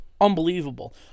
unbelievable